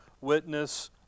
witness